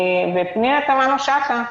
ופנינה תמנו-שטה,